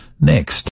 next